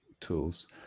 tools